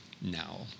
now